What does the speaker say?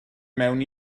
mewn